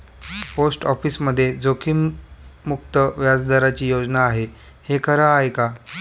Post ऑफिसमध्ये जोखीममुक्त व्याजदराची योजना आहे, हे खरं आहे का?